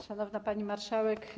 Szanowna Pani Marszałek!